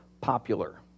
popular